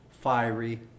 fiery